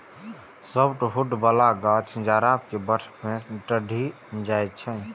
softwood बला गाछ जाड़ा मे बर्फ सं ढकि जाइ छै